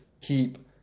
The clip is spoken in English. keep